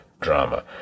drama